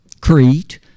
Crete